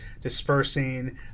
dispersing